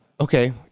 Okay